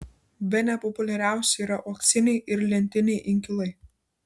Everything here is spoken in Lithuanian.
bene populiariausi yra uoksiniai ir lentiniai inkilai